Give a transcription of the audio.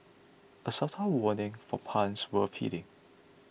a subtle warning from Han worth heeding